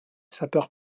sapeurs